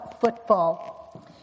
football